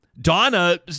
Donna